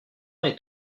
est